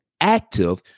active